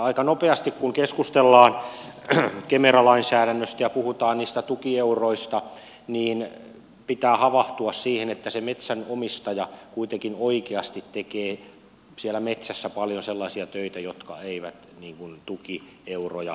aika nopeasti kun keskustellaan kemera lainsäädännöstä ja puhutaan niistä tukieuroista pitää havahtua siihen että metsänomistaja kuitenkin oikeasti tekee siellä metsässä paljon sellaisia töitä jotka eivät tukieuroja korjaa